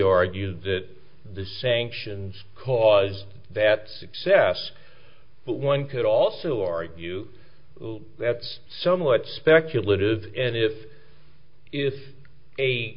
argued that the sanctions cause that success but one could also argue that's somewhat speculative and if if a